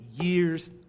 years